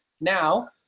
Now